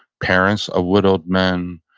parents of widowed men,